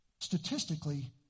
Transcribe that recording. statistically